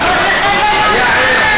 דיברו על פיצויים, מוצא חן בעיניו?